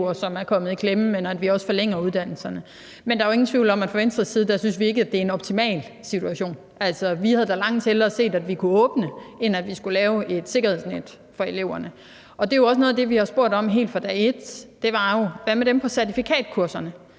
som er kommet i klemme, men at vi også forlænger uddannelserne. Men der er jo ingen tvivl om, at vi fra Venstres side ikke synes, at det er en optimal situation. Vi havde da langt hellere set, at vi kunne åbne, end at vi skulle lave et sikkerhedsnet for eleverne. Det er jo også noget af det, vi har spurgt om helt fra dag et, nemlig: Hvad med dem på certifikatkurserne